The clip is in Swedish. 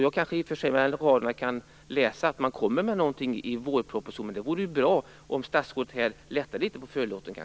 Jag kanske kan avläsa mellan raderna att man kommer med någonting i vårpropositionen, men det vore ju bra om statsrådet kanske lättade litet på förlåten.